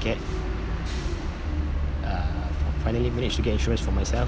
get uh finally managed to get insurance for myself